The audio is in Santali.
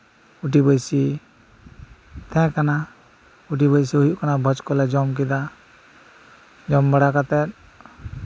ᱠᱷᱩᱴᱤ ᱵᱟᱹᱭᱥᱤ ᱛᱟᱦᱮᱸ ᱠᱟᱱᱟ ᱠᱷᱩᱴᱤ ᱵᱟᱹᱭᱥᱤ ᱦᱩᱭᱩᱜ ᱠᱟᱱᱟ ᱵᱷᱚᱡ ᱠᱚᱞᱮ ᱡᱚᱢ ᱠᱮᱫᱟ ᱡᱚᱢ ᱵᱟᱲᱟ ᱠᱟᱛᱮᱫ